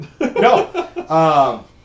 No